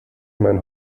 meinen